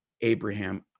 Abraham